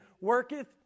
worketh